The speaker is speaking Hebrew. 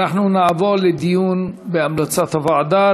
אנחנו נעבור לדיון בהמלצת הוועדה.